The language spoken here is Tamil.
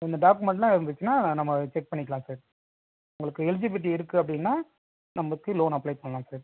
இந்த டாக்குமெண்ட்லாம் இருந்துச்சுன்னா நம்ம செக் பண்ணிக்கலாம் சார் உங்களுக்கு எலிஜிபிளிட்டி இருக்கு அப்படின்னா நமக்கு லோன் அப்ளை பண்ணலாம் சார்